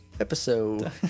episode